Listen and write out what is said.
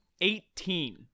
Eighteen